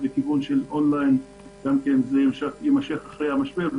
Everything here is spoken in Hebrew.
בכיוון און ליין ויימשך אחרי המשבר,